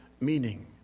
meaning